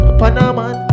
panaman